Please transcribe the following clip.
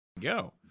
Go